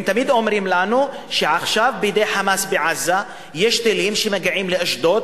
הם תמיד אומרים לנו שעכשיו בידי "חמאס" בעזה יש טילים שמגיעים לאשדוד,